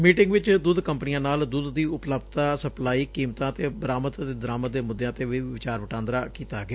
meeting ਵਿਚ ਦੁੱਧ ਕੰਪਨੀਆਂ ਨਾਲ ਦੁੱਧ ਦੀ ਉਪਲੱਭਤਾ ਸਪਲਾਈ ਕੀਮਤਾਂ ਅਤੇ ਬਰਾਮਦ ਅਤੇ ਦਰਾਮਦ ਦੇ ਮੁੱਦਿਆਂ ਤੇ ਵੀ ਵਿਚਾਰ ਵਟਾਂਦਰਾ ਕੀਤਾ ਗਿਆ